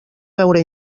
veure